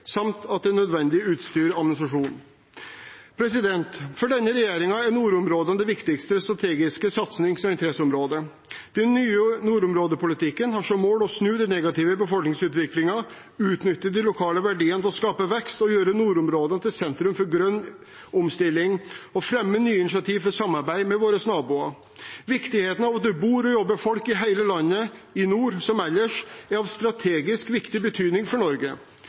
at de har nødvendig utstyr og administrasjon. For denne regjeringen er nordområdene det viktigste strategiske satsings- og interesseområdet. Den nye nordområdepolitikken har som mål å snu den negative befolkningsutviklingen, utnytte de lokale verdiene til å skape vekst, gjøre nordområdene til sentrum for grønn omstilling og fremme nye initiativer for samarbeid med våre naboer. Viktigheten av at det bor og jobber folk i hele landet – i nord som ellers – er av strategisk viktig betydning for Norge.